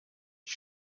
ich